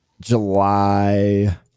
July